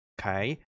okay